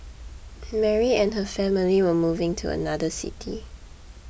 Mary and her family were moving to another city